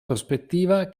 prospettiva